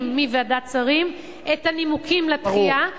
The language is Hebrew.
מוועדת שרים את הנימוקים לדחייה -- ברור.